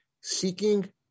seeking